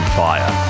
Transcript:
fire